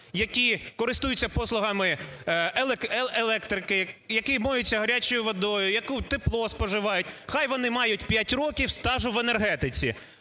які користуються послугами електрики, які миються гарячою водою, які тепло споживають, хай вони мають п'ять років стажу в енергетиці.